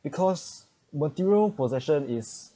because material possession is